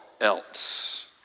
else